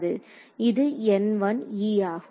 இது N1e ஆகும்